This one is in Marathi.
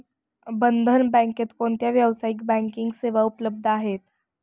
बंधन बँकेत कोणत्या व्यावसायिक बँकिंग सेवा उपलब्ध आहेत?